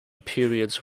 periods